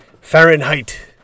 Fahrenheit